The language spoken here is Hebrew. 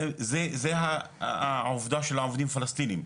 זו העובדה של העובדים הפלסטינים.